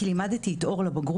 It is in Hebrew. כי לימדתי את אור לבגרות,